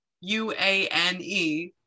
U-A-N-E